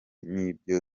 n’ibyo